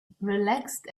relaxed